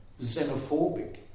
xenophobic